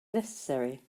necessary